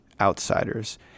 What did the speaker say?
outsiders